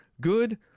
good